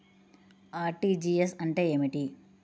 RTGS అంటే ఏమిటి?